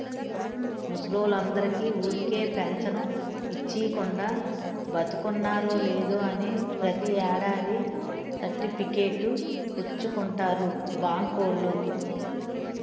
ముసలోల్లందరికీ ఊరికే పెంచను ఇచ్చీకుండా, బతికున్నారో లేదో అని ప్రతి ఏడాది సర్టిఫికేట్ పుచ్చుకుంటారు బాంకోల్లు